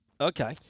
Okay